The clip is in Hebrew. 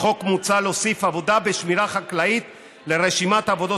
בחוק מוצע להוסיף עבודה בשמירה חקלאית לרשימת העבודות